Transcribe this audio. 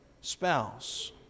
spouse